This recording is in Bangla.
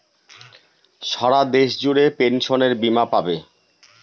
সারা দেশ জুড়ে পেনসনের বীমা পাবে